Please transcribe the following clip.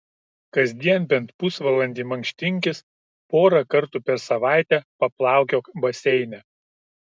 kasdien bent pusvalandį mankštinkis porą kartų per savaitę paplaukiok baseine